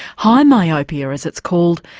high myopia, as it's called,